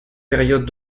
périodes